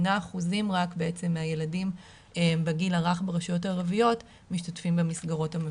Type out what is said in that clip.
8% מהילדים בגיל הרך ברשויות הערביות משתתפים במסגרות המפוקחות.